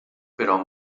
però